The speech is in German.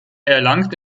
erlangte